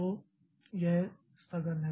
तो यह स्थगन है